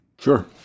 Sure